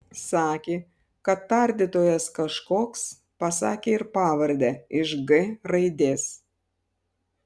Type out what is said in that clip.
sakė kad tardytojas kažkoks pasakė ir pavardę iš g raidės